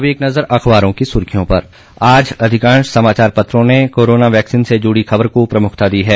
अब एक नज़र अखबारों की सुर्खियों पर आज अधिकांश समाचार पत्रों ने कोरोना वैक्सीन से जुड़ी खबर को प्रमुखता दी है